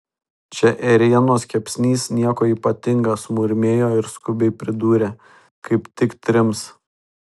čia ėrienos kepsnys nieko ypatinga sumurmėjo ir skubiai pridūrė kaip tik trims